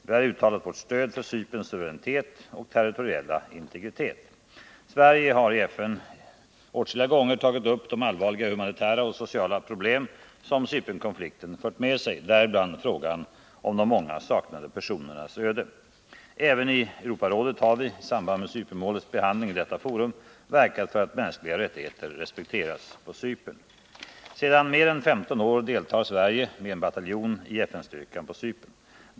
Vi har uttalat vårt stöd för Cyperns suveränitet och territoriella integritet. Sverige har i FN åtskilliga gånger tagit upp de allvarliga humanitära och sociala problem som Cypernkonflikten fört med sig, däribland frågan om de många saknade personernas öde. Även i Europarådet har vi, i samband med Cypernmålets behandling i detta forum, verkat för att mänskliga rättigheter respekteras på Cypern. Sedan mer än 15 år deltar Sverige med en bataljon i FN-styrkan på Cypern.